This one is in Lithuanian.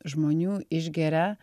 žmonių išgeria